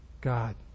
God